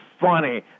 funny